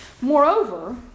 Moreover